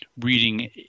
reading